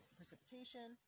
precipitation